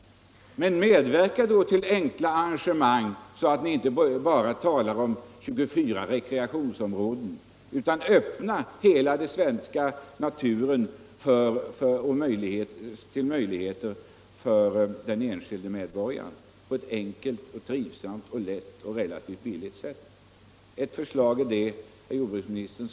Men medverka då till enkla arrangemang — och tala inte bara om 24 rekreationsområden — för att öppna hela den svenska naturen för de enskilda medborgarna. Det skall kunna ske på ett enkelt, trivsamt och relativt billigt sätt. Mitt förslag har det syftet.